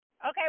Okay